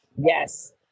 Yes